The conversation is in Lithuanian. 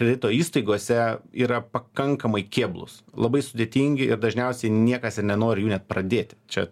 kredito įstaigose yra pakankamai kėblūs labai sudėtingi ir dažniausiai niekas ir nenori jų net pradėti čia